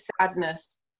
sadness